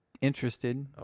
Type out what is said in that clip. interested